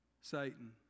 Satan